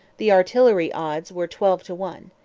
the artillery odds were twelve to one.